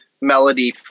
melody